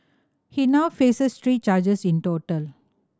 he now faces three charges in total